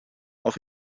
auf